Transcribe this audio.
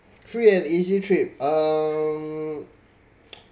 free and easy trip um